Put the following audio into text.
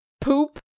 poop